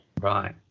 right